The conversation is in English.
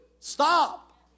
Stop